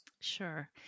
Sure